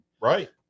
right